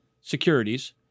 securities-